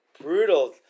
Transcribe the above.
brutal